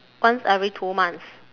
once every two months